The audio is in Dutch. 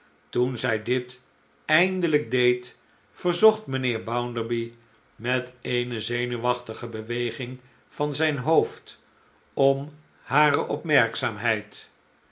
toen zij dit eindelijk deed verzocht mijnheer bounderby met eene zenuwachtige beweging van zijn hoofd om hare